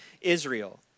Israel